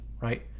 right